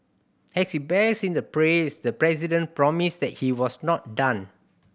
as he basked in the praise the president promised that he was not done